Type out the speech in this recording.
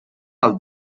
del